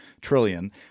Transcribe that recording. trillion